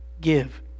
Give